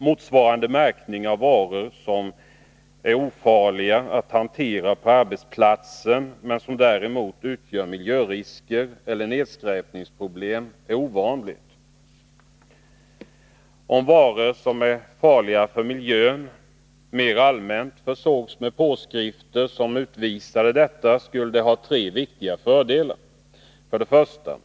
Motsvarande märkning av varor som är ofarliga att hantera på arbetsplatsen men som däremot utgör miljörisker eller nedskräpningsproblem är ovanlig. Om varor som är farliga för miljön mer allmänt försågs med påskrift som utvisade detta skulle det ha tre viktiga fördelar. s 1.